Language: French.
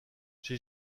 j’ai